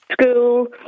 school